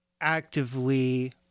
actively